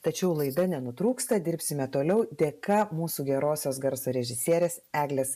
tačiau laida nenutrūksta dirbsime toliau dėka mūsų gerosios garso režisierės eglės